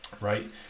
right